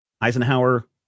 Eisenhower